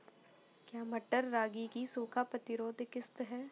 क्या मटर रागी की सूखा प्रतिरोध किश्त है?